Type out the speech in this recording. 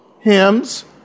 hymns